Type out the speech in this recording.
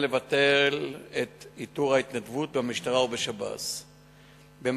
לבטל את עיטור ההתנדבות במשטרה ובשירות בתי-הסוהר.